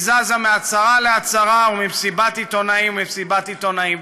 היא זזה מהצהרה להצהרה וממסיבת עיתונאים למסיבת עיתונאים,